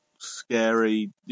scary